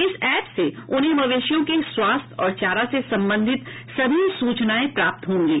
इस ऐप से उन्हेंमवेशियों के स्वास्थ्य और चारा से संबंधित सभी सूचनाएं प्राप्त होंगीं